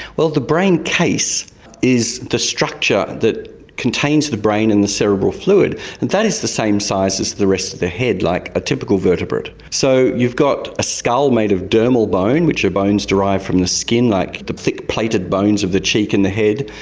well, the brain case is the structure that contains the brain in the cerebral fluid, and that is the same size as the rest of the head, like a typical vertebrate. so you've got a skull made of dermal bone, which are bones derived from the skin like the thick plated bones of the cheek and the head.